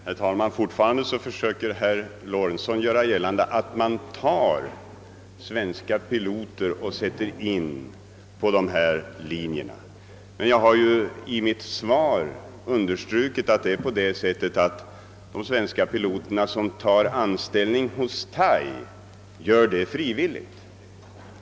Herr talman! Herr Lorentzon försöker alltjämt göra gällande att man tar svenska piloter och sätter in dem på dessa linjer, men jag har i mitt svar understrukit att de svenska piloter som tar anställning hos Thai gör det frivilligt.